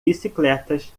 bicicletas